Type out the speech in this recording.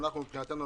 מבחינתנו,